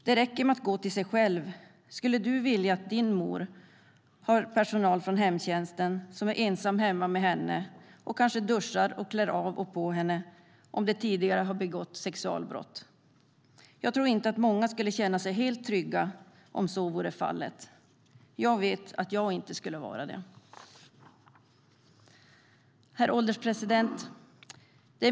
Det räcker med att gå till sig själv: Skulle du vilja att din mor har personal från hemtjänsten som är ensam hemma med henne och kanske duschar och klär av och på henne om de tidigare har begått sexualbrott? Jag tror inte att många skulle känna sig helt trygga om så vore fallet. Jag vet att jag inte skulle vara det. Herr ålderspresident!